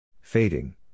Fading